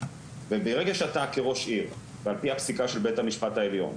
וברגע שאתה כראש עיר ועל פי הפסיקה של בית המשפט העליון,